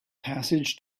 passage